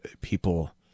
people